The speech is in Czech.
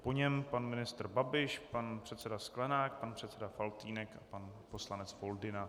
Po něm pan ministr Babiš, pan předseda Sklenák, pan předseda Faltýnek a pan poslanec Foldyna.